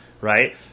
right